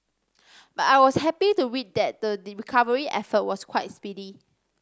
but I was happy to read that the recovery effort was quite speedy